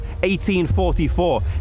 1844